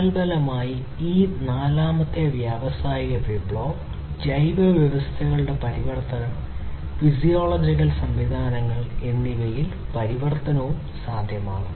തൽഫലമായി ഈ നാലാമത്തെ വ്യാവസായിക വിപ്ലവം ജൈവ വ്യവസ്ഥകളുടെ പരിവർത്തനം ഫിസിയോളജിക്കൽ സംവിധാനങ്ങൾ എന്നിവയിൽ പരിവർത്തനം സാധ്യമാണ്